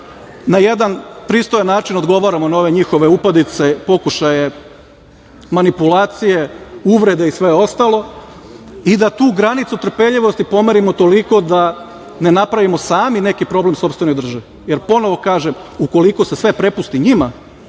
na jedan pristojan način odgovaramo na ove njihove upadice, pokušaje manipulacije, uvrede i sve ostalo i da tu granicu trpeljivosti pomerimo toliko da ne napravimo sami neki problem sopstvenoj državi, jer ponovo kažem, ukoliko se sve prepusti njima,